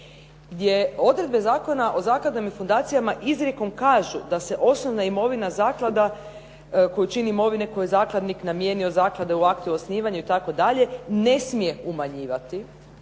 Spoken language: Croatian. gdje odredbe Zakona o zakladama i fundacijama izrijekom kažu da se osnovna imovina zaklada koju čini imovine koju je zakladnik namijenio zakladi u aktu osnivanje itd. ne smije umanjivati